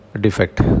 defect